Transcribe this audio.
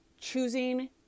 choosing